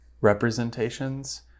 representations